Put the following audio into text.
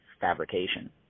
fabrication